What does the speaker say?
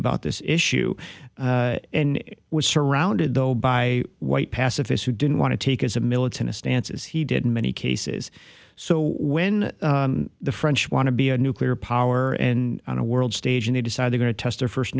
about this issue and was surrounded though by white pacifists who didn't want to take as a militant a stance as he did in many cases so when the french want to be a nuclear power and on a world stage and they decide they want to test their first